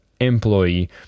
employee